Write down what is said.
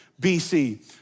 BC